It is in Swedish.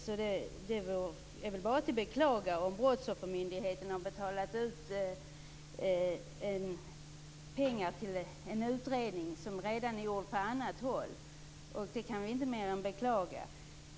Så det är bara att beklaga om Brottsoffermyndigheten har betalat ut pengar till en utredning som redan är gjord på annat håll. Det kan vi inte mer än beklaga.